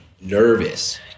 nervous